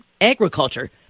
agriculture